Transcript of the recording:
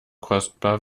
kostbar